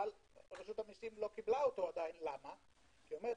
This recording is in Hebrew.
אבל רשות המיסים עדיין לא קיבלה אותו כי היא אומרת: